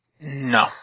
No